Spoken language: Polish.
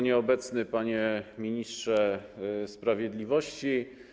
Nieobecny Panie Ministrze Sprawiedliwości!